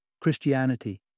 Christianity